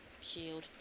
shield